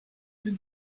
den